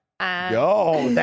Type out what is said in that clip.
Yo